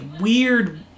weird